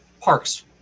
parks